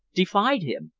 defied him,